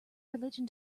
religion